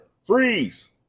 freeze